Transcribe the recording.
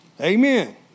Amen